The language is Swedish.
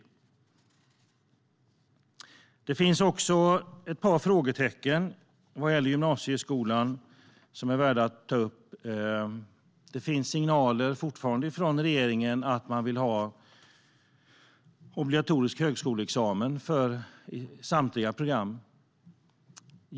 Det finns också ett par frågetecken vad gäller gymnasieskolan som är värda att ta upp. Det finns signaler från regeringen om att man vill ha obligatorisk högskolebehörighet på samtliga program.